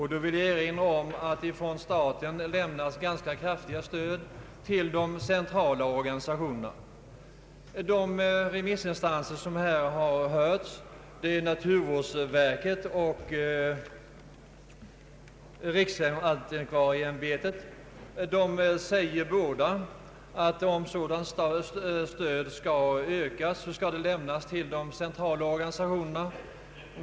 Jag vill då erinra om att staten lämnar ganska kraftigt stöd till de centrala organisationerna och att de remissinstanser som har hörts — naturvårdsverket och riksantikvarieämbetet — säger att om ett sådant stöd skall ökas så bör det lämnas till de centrala organisationerna.